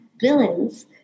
villains